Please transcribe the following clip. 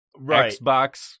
Xbox